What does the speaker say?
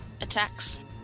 Attacks